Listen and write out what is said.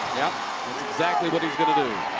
yeah exactly what he's going to do.